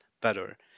better